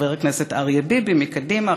חבר הכנסת אריה ביבי מקדימה,